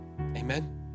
amen